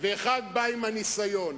ואחד בא עם הניסיון,